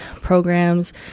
programs